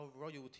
royalty